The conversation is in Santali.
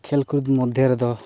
ᱠᱷᱮᱹᱞᱼᱠᱩᱫᱽ ᱢᱚᱫᱽᱫᱷᱮ ᱨᱮᱫᱚ